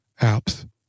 apps